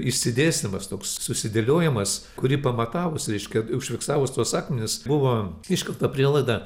išsidėstymas toks susidėliojamas kurį pamatavus reiškia užfiksavus tuos akmenis buvo iškelta prielaida